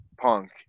Punk